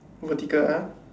vertical ah